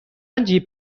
جیب